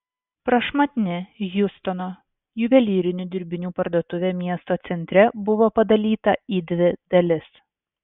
prašmatni hjustono juvelyrinių dirbinių parduotuvė miesto centre buvo padalyta į dvi dalis